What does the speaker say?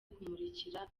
kumurikira